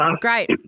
Great